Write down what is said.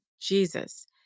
Jesus